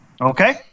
Okay